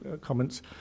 comments